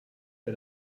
wer